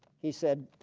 he said